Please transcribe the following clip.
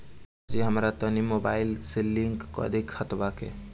सरजी हमरा तनी मोबाइल से लिंक कदी खतबा के